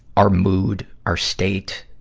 our mood, our state,